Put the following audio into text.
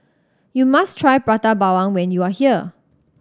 you must try Prata Bawang when you are here